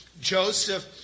Joseph